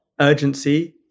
urgency